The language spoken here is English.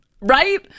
Right